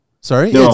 Sorry